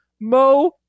Mo